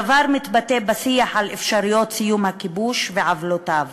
הדבר מתבטא בשיח על אפשרויות סיום הכיבוש ועוולותיו